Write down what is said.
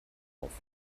auf